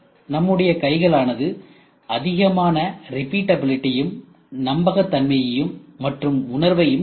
நம்முடைய கைகள் ஆனது அதிகமான ரிபிட்டபிலிடியும் நம்பகத்தன்மையையும் மற்றும் உணர்வையும் கொண்டது